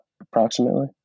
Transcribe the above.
Approximately